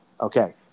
okay